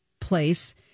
place